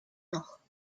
noch